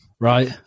Right